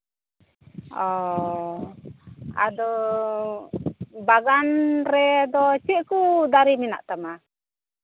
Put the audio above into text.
ᱚᱸᱻ ᱟᱫᱚ ᱵᱟᱜᱟᱱ ᱨᱮᱫᱚ ᱪᱮᱫ ᱠᱩ ᱫᱟᱨᱮ ᱢᱮᱱᱟᱜ ᱛᱟᱢᱟ